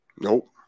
Nope